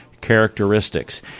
characteristics